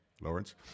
Lawrence